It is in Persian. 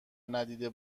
ندیده